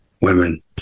women